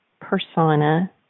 persona